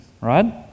right